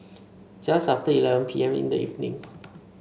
just after eleven P M in the evening